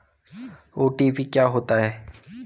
OTP क्या होता है?